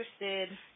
interested –